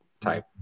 type